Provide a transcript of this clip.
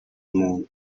muntu